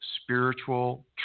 spiritual